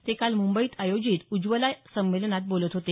ते काल मुंबईत आयोजित उज्ज्वला संमेलनात बोलत होते